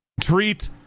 treat